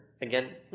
Again